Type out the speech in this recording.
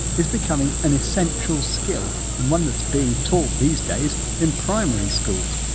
is becoming an essential skill and one that's being taught these days in primary schools.